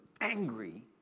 angry